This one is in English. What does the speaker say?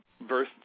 Birth